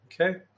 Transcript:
okay